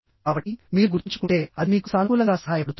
కాబట్టిమీరు గుర్తుంచుకుంటే అది మీకు సానుకూలంగా సహాయపడుతుంది